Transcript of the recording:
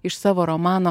iš savo romano